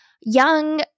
young